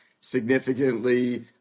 significantly